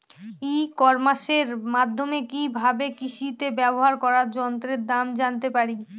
ই কমার্সের মাধ্যমে কি ভাবে কৃষিতে ব্যবহার করা যন্ত্রের দাম জানতে পারি?